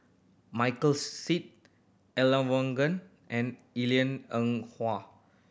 Michael Seet Elangovan and Yee Lian Eng Hwa